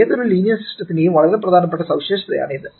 ഏതൊരു ലീനിയർ സിസ്റ്റത്തിന്റെയും വളരെ പ്രധാനപ്പെട്ട സവിശേഷതയാണ് ഇത്